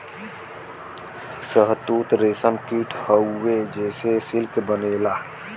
शहतूत रेशम कीट हउवे जेसे सिल्क बनेला